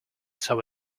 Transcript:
saw